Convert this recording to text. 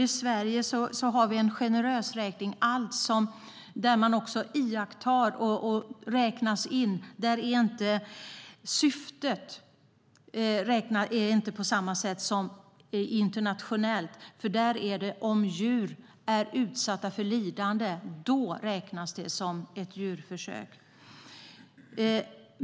I Sverige har vi ett generöst sätt att räkna jämfört med hur man gör internationellt. Vi räknar alla djur, även när det bara handlar om iakttagelser. Vi har inte samma syfte som man har i andra länder. Där räknas det som djurförsök bara om djuren är utsatta för lidande.